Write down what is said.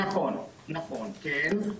נכון, כן.